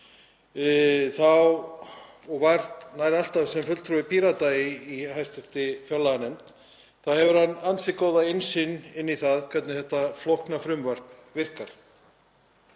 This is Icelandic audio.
var nær alltaf fulltrúi Pírata í hv. fjárlaganefnd, hefur hann ansi góða innsýn inn í það hvernig þetta flókna frumvarp virkar.